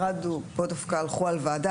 פה, דווקא, הלכו על ועדה.